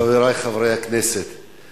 חברי חברי הכנסת,